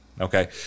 Okay